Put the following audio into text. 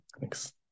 Thanks